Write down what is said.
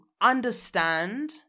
understand